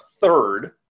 third